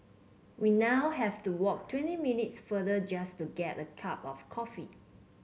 we now have to walk twenty minutes further just to get a cup of coffee